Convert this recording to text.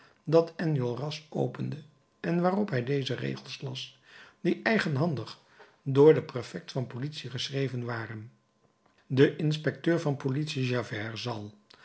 dat enjolras opende en waarop hij deze regels las die eigenhandig door den prefect van politie geschreven waren de inspecteur van politie javert zal